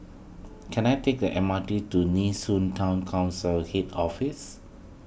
can I take the M R T to Nee Soon Town Council Head Office